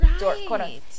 right